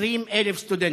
20,000 סטודנטים.